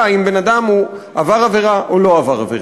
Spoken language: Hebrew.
אם בן-אדם עבר עבירה או לא עבר עבירה.